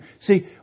See